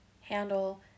handle